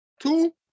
two